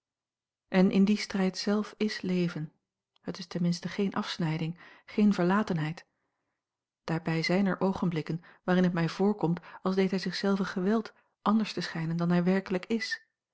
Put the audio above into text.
en in dien strijd zelf is leven het is ten minste geene afsnijding geene verlatenheid daarbij zjjn er oogenblikken waarin het mij voorkomt als deed hij zich zelven geweld anders te schijnen dan hij werkelijk is